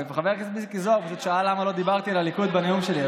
חבר הכנסת מיקי זוהר פשוט שאל למה לא דיברתי על הליכוד בנאום שלי,